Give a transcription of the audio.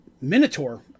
Minotaur